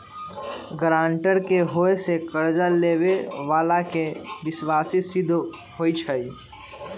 guarantor के होय से कर्जा लेबेय बला के विश्वासी सिद्ध होई छै